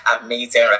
amazing